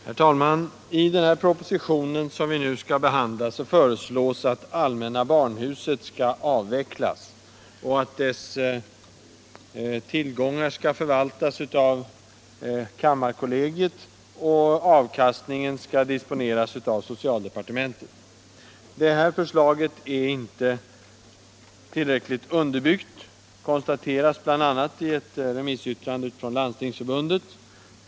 Herr talman! I det betänkande som vi nu skall behandla föreslås att allmänna barnhusct skall avvecklas, att dess tillgångar skall förvaltas av kammarkollegiet och att avkastningen skall disponeras av socialdepartementet. Förslaget är inte tillräckligt underbyggt, konstateras det i ett remissyttrande från Landstingsförbundet.